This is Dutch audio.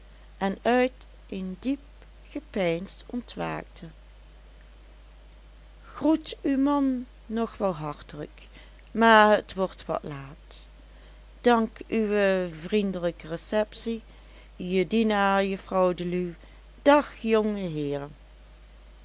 en uit een diep gepeins ontwaakte groet uw man nog wel hartelijk maar het wordt wat laat dank uwe vriendelijke receptie je dienaar juffrouw deluw dag